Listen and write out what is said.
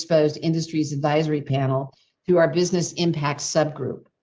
exposed industries, advisory panel who our business impacts sub group.